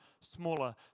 smaller